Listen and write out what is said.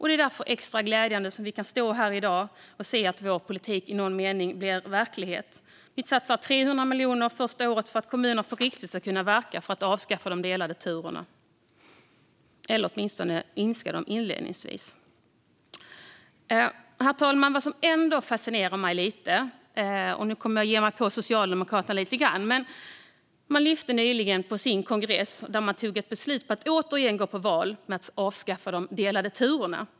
Det är därför extra glädjande att vi kan stå här i dag och se att vår politik i någon mening blir verklighet. Vi satsar 300 miljoner första året för att kommunerna på riktigt ska kunna verka för att avskaffa de delade turerna eller åtminstone minska dem inledningsvis. Herr talman! Nu kommer jag att ge mig på Socialdemokraterna lite grann. Något som fascinerar mig lite är att man nyligen på sin kongress tog beslut om att återigen gå till val på att avskaffa de delade turerna.